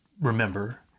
remember